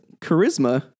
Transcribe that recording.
charisma